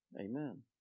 Amen